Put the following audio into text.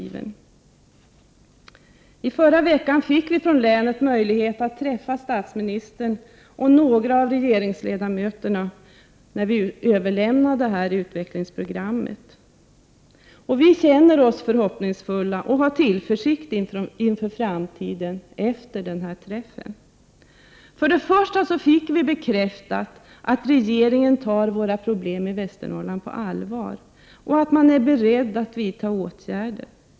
Vi fick i förra veckan från länet möjlighet att träffa statsministern och några av regeringsledamöterna då vi överlämnade vårt utvecklingsprogram. Vi känner oss efter det mötet förhoppningsfulla och har tillförsikt inför framtiden. För det första fick vi bekräftat att regeringen tar våra problem i Västernorrland på allvar och att man är beredd att vidta åtgärder.